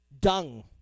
dung